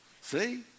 See